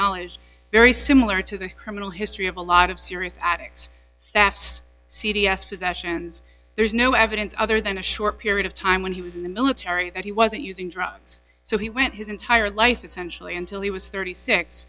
acknowledged very similar to the criminal history of a lot of serious addicts pfaff's c d s possessions there's no evidence other than a short period of time when he was in the military that he wasn't using drugs so he went his entire life essentially until he was thirty six